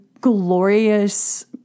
glorious